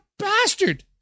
Bastard